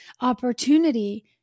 opportunity